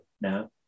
No